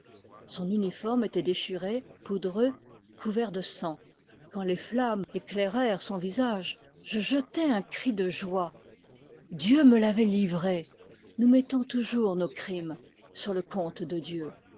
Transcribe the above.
son uniforme était déchiré poudreux couvert de sang quand les flammes éclairèrent son visage je jetai un cri de joie dieu me l'avait livré nous mettons toujours nos crimes sur le compte de dieu